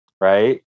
right